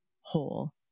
whole